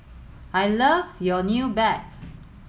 I love your new bag